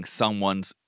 someone's